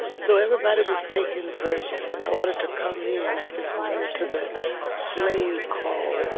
so everybody was taking verses. in order to come in, i just went into the slave call.